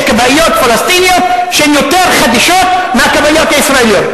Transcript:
כבאיות פלסטיניות שהן יותר חדישות מהכבאיות הישראליות?